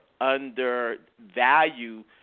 undervalue